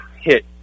hit